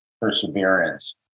perseverance